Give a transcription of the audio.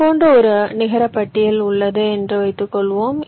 இது போன்ற ஒரு நிகரபட்டியல் உள்ளது என்று வைத்துக்கொள்வோம்